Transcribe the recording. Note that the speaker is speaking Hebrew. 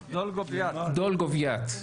דולגופיאט.